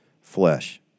flesh